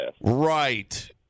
Right